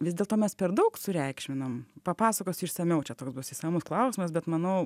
vis dėl to mes per daug sureikšminam papasakosiu išsamiau čia toks bus išsamus klausimas bet manau